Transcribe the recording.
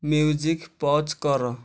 music pause କର